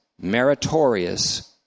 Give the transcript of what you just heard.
meritorious